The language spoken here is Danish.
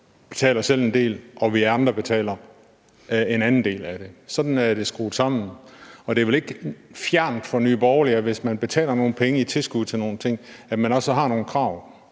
betaler selv en del, og vi andre betaler en anden del af det. Sådan er det skruet sammen, og det er vel ikke fjernt fra Nye Borgerlige, at hvis man betaler nogle penge i tilskud til nogle ting, har man også nogle krav.